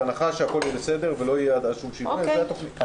בהנחה שהכול יהיה בסדר ולא יהיה עד אז שום שינוי אז זו התוכנית.